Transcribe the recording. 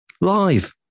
live